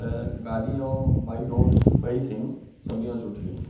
त गाॾी ऐं बाइ रोड बई शयूं सभिनी खां सुठियूं आहिनि